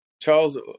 Charles